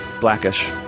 Blackish